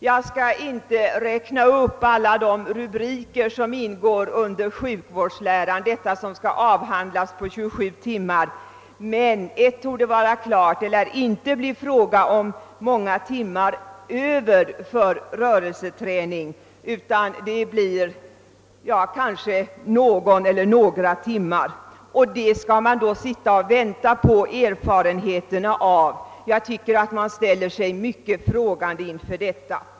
Jag skall inte räkna upp alla de rubriker som inryms i sjukvårdsläran — detta som skall avhandlas på 27 timmar — men ett torde vara klart: det lär inte blir många timmar över för rörelseträning, utan det blir fråga om någon eller några timmar. Det skall man alltså avvakta erfarenheterna av! Jag ställer mig frågande inför detta.